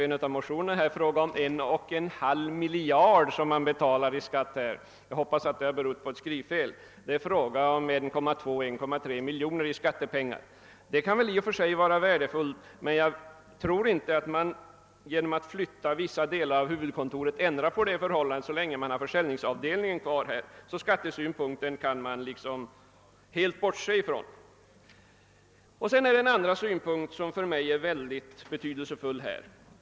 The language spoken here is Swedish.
i en av motionerna, fråga om 1,5 miljarder kronor. Jag hoppas att detta är ett skrivfel. Det gäller 1,2 å 1,3 miljoner kronor. Dessa pengar kan i och för sig vara värdefulla. Men jag tror inte att man kan ändra på det förhållandet genom att flytta vissa delar av huvudkontoret, så länge försäljningsavdelningen ligger kvar i Stockholm. Vi kan alltså helt bortse från skattesynpunkten. Jag vill också beröra en annan synpunkt som för mig är mycket betydelsefull.